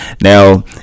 now